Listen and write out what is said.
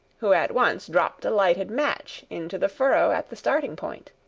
who at once dropped a lighted match into the furrow at the starting-point.